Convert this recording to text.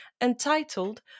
entitled